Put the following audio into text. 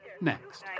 next